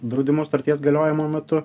draudimo sutarties galiojimo metu